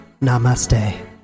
Namaste